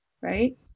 Right